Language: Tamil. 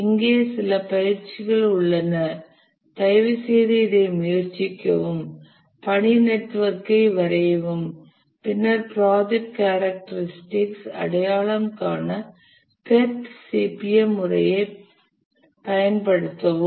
இங்கே சில பயிற்சிகள் உள்ளன தயவுசெய்து இதை முயற்சிக்கவும் பணி நெட்வொர்க்கை வரையவும் பின்னர் ப்ராஜெக்ட் கேரக்டரிஸ்டிகஸ் அடையாளம் காண PERT CPM முறையைப் பயன்படுத்தவும்